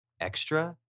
extra